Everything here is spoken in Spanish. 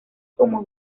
como